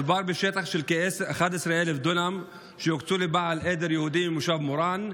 מדובר בשטח של כ-11,000 דונם שהוקצו לבעל עדר יהודי ממושב מורן,